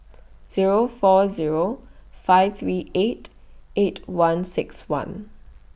Zero four Zero five three eight eight one six one